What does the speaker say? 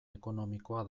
ekonomikoa